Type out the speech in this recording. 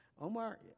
Omar